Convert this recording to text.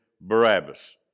Barabbas